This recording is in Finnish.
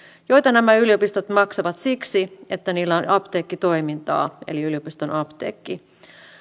joita nämä yliopistot maksavat siksi että niillä on apteekkitoimintaa eli yliopiston apteekki